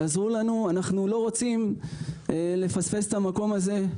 אנחנו לא רוצים לפספס את המקום הזה,